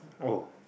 oh